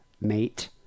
mate